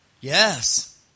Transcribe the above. Yes